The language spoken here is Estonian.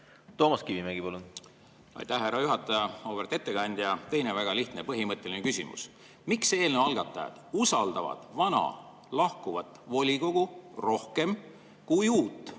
Toomas Kivimägi, palun! Aitäh, härra juhataja! Auväärt ettekandja! Teine väga lihtne põhimõtteline küsimus: miks eelnõu algatajad usaldavad vana, lahkuvat volikogu rohkem kui uut,